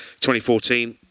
2014